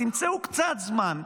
תמצאו קצת זמן,